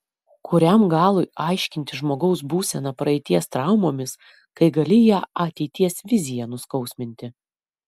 kuriam galui aiškinti žmogaus būseną praeities traumomis kai gali ją ateities vizija nuskausminti